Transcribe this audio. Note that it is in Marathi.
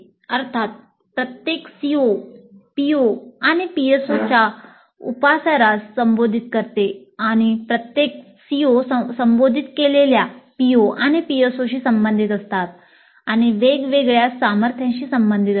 अर्थात प्रत्येक CO PO आणि PSOच्या उपसारास संबोधित करते आणि प्रत्येक COसंबोधित केलेल्या PO आणि PSOशी संबंधित असतात आणि वेगवेगळ्या सामर्थ्यांशी संबंधित असतात